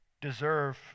deserve